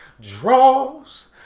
draws